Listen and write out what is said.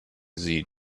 sie